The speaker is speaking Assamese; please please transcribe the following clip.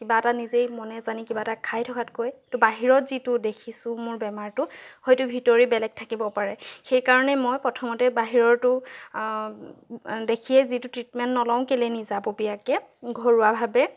কিবা এটা নিজেই মনে জানি কিবা এটা খাই থকাতকৈ বাহিৰত যিটো দেখিছো মোৰ বেমাৰটো হয়তো ভিতৰি বেলেগ থাকিবও পাৰে সেইকাৰণে মই প্ৰথমতে বাহিৰৰটো দেখিয়েই যিটো ট্ৰীটমেণ্ট নলওঁ কেলেই নিজাববীয়াকৈ ঘৰুৱাভাবে